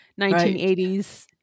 1980s